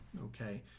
Okay